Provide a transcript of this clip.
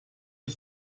ich